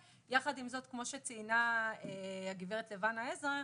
יחד עם זאת, כמו שציינה גברת לבנה עזרא,